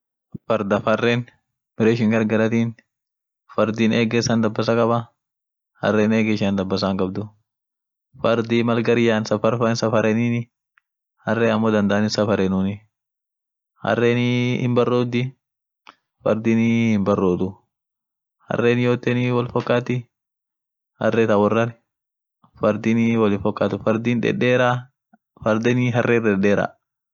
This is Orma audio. fardaf harren bare ishin gargaratin fardin ege isan dabbasa kaba harren ege ishian dabbasa hinkabdu, fardii mal gar yan safar fa hin safarenini harre ammo dandani hinsafarenuni.